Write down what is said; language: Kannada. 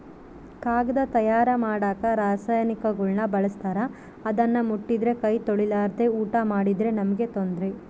ಕಾಗದ ತಯಾರ ಮಾಡಕ ರಾಸಾಯನಿಕಗುಳ್ನ ಬಳಸ್ತಾರ ಅದನ್ನ ಮುಟ್ಟಿದ್ರೆ ಕೈ ತೊಳೆರ್ಲಾದೆ ಊಟ ಮಾಡಿದ್ರೆ ನಮ್ಗೆ ತೊಂದ್ರೆ